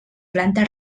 planta